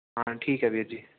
ਹਾਂ ਠੀਕ ਹੈ ਵੀਰ ਜੀ